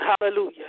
hallelujah